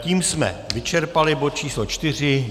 Tím jsme vyčerpali bod číslo 4.